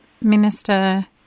Minister